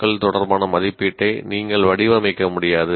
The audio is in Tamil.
க்கள் தொடர்பான மதிப்பீட்டை நீங்கள் வடிவமைக்க முடியாது